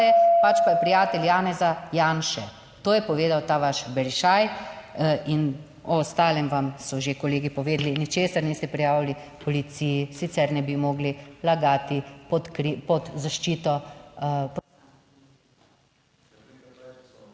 pač pa je prijatelj Janeza Janše. To je povedal ta vaš Berišaj in o ostalem vam so že kolegi povedali. Ničesar niste prijavili policiji, sicer ne bi mogli lagati pod zaščito…